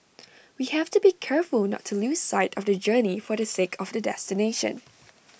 we have to be careful not to lose sight of the journey for the sake of the destination